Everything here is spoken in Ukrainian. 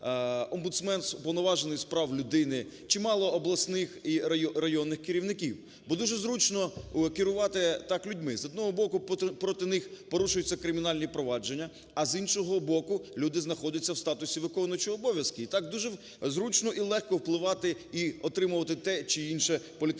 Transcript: омбудсмен, Уповноважений з прав людини, чимало обласних і районних керівників. Бо дуже зручно керувати так людьми: з одного боку, проти них порушуються кримінальні провадження, а, з іншого боку, люди знаходяться в статусі виконуючого обов'язки, і так дуже зручно і легко впливати і отримувати те чи інше політично